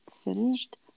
Finished